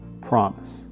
promise